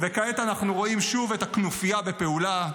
וכעת אנחנו רואים שוב את הכנופיה בפעולה.